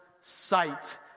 sight